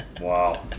wow